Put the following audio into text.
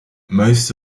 most